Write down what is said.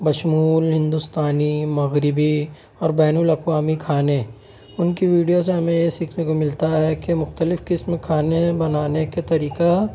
بشمول ہندوستانی مغربی اور بین الاقوامی کھانے ان کی ویڈیو سے ہمیں یہ سیکھنے کو ملتا ہے کہ مختلف قسم کھانے بنانے کے طریقہ